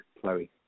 Chloe